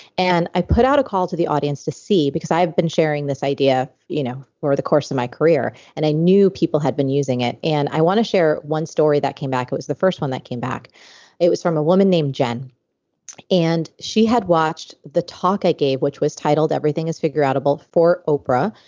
and i put out a call to the audience to see, because i have been sharing this idea you know over the course of my career and i knew people had been using it and i want to share one story that came back. it was the first one that came it was from a woman named jen and she had watched the talk i gave which was titled everything is figureoutable for oprah.